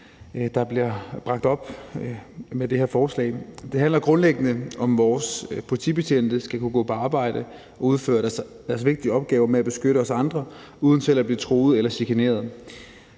der bliver bragt op med det her forslag. Det handler grundlæggende om, at vores politibetjente skal kunne gå på arbejde og udføre deres vigtige opgave med at beskytte os andre uden selv at blive truet eller chikaneret.